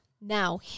now